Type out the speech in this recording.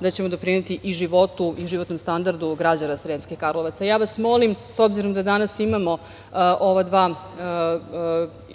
da ćemo doprineti i životu i životnom standardu građana Sremskih Karlovaca. Ja vas molim, s obzirom da danas imamo ova dva